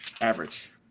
average